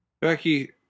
Becky